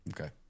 Okay